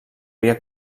via